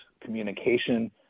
communication